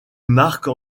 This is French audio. marque